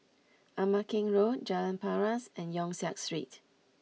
Ama Keng Road Jalan Paras and Yong Siak Street